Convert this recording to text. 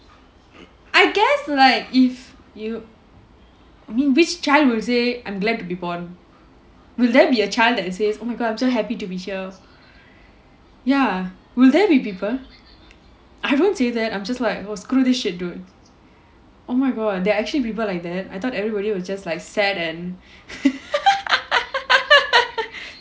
I guess like if you I mean which child will say I'm glad to be born will there be a child that says oh my god I'm so happy to be here ya will there be people I don't say that I'm just like oh screw ths shit dude oh my god there are actually people like that I thought everybody was just like sad and